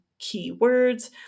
keywords